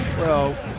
well,